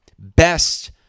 Best